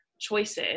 choices